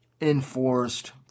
enforced